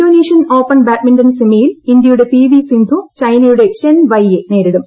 Indonesian open badminton സെമിയിൽ ഇന്തൃയുടെ P V Sindhu ചൈനയുടെ ചെൻ വൈ യെ നേരിടും